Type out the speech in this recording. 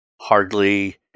hardly